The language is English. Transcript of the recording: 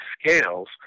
scales